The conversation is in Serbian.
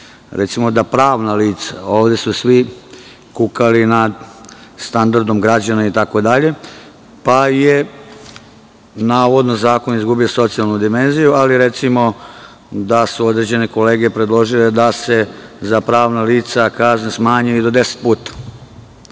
Recimo, da pravna lica, a ovde su svi kukali nad standardom građana itd, pa je, navodno, zakon izgubio socijalnu dimenziju, ali su određene kolege predložile da se za pravna lica kazne smanjuju i do deset puta.